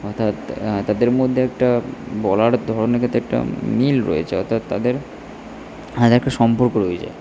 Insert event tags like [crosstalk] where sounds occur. অর্থাৎ তাদের মধ্যে একটা বলার ধরনের [unintelligible] একটা মিল রয়েছে অর্থাৎ তাদের [unintelligible] একটা সম্পর্ক রয়েছে